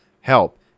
help